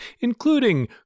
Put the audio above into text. including